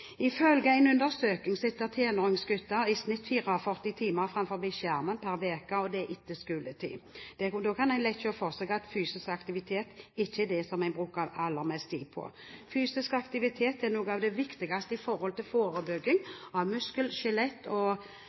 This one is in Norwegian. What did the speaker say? Ifølge en undersøkelse sitter tenåringsgutter i snitt 44 timer framfor skjermen per uke, og det etter skoletid. Da kan en lett se for seg at fysisk aktivitet ikke er det de bruker aller mest tid på. Fysisk aktivitet er noe av det viktigste i forhold til forebygging av muskel- og